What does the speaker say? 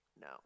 No